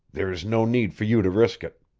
there's no need for you to risk it.